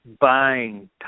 buying